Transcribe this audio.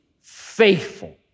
faithful